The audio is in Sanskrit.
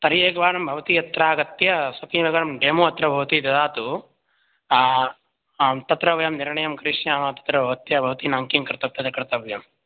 तर्हि एकवारं भवती अत्र आगत्य स्वकीनतनं डेमो अत्र भवती ददातु आं तत्र वयं निर्णयं करिष्यामः तत्र भवत्या भवतीनां किं कर्त् तत्र कर्तव्यं